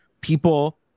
people